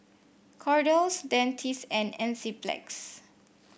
Kordel's Dentiste and Enzyplex